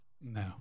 No